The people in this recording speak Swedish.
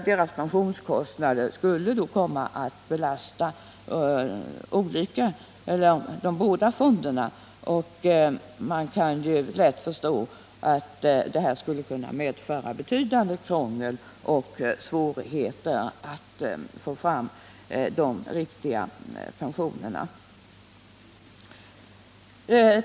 Deras pensionskostnader skulle då komma att belasta de båda fonderna, och man kan lätt förstå att detta skulle kunna medföra betydande krångel och svårigheter när det gäller att få fram de riktiga pensionerna.